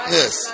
yes